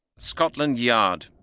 scotland yard,